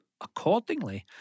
accordingly